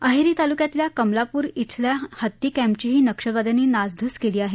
अहेरी तालुक्यातील कमलापूर येथील हत्ती कॅम्पचीही नक्षलवाद्यांनी नासधूस केली आहे